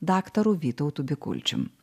daktaru vytautu bikulčium